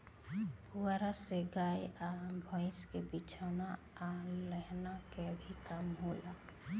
पुआरा से गाय आ भईस के बिछवाना आ लेहन के भी काम होला